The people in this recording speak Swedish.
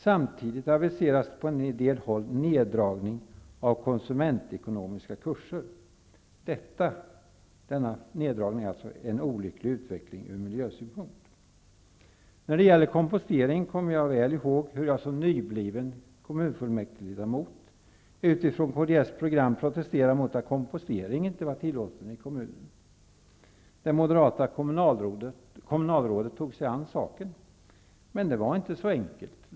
Samtidigt aviseras på en del håll neddragning av konsumentekonomiska kurser. Denna neddragning är en olycklig utveckling ur miljösynpunkt. När det gäller kompostering kommer jag väl ihåg hur jag som nybliven kommunfullmäktigeledamot, utifrån Kds program, protesterade mot att kompostering inte var tillåten i kommunen. Det moderata kommunalrådet tog sig an saken, men det var inte så enkelt.